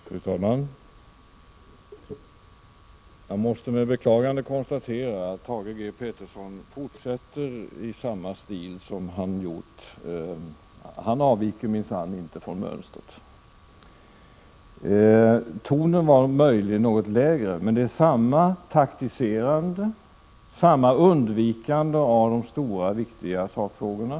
Fru talman! Jag måste med beklagande konstatera att Thage G. Peterson fortsätter i samma stil — han avviker minsann inte från mönstret. Tonen var möjligen något lägre, men det är samma ”taktiserande”, samma undvikande av de stora viktiga sakfrågorna.